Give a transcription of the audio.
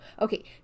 okay